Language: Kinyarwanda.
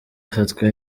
afatwa